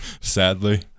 Sadly